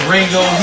Ringo